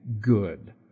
good